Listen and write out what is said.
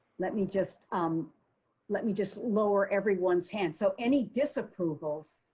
let me just um let me just lower everyone's hands. so any disapprovals.